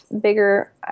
bigger